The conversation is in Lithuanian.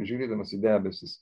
žiūrėdamas į debesis